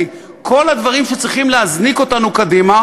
כל הדברים שצריכים להזניק אותנו קדימה,